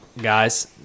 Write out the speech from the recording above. Guys